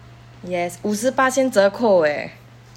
yes 五十巴先折扣 eh